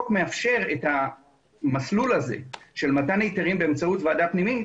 היה חשוב לי קודם כול לברך על הדיון,